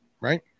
Right